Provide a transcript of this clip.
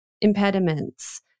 impediments